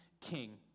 king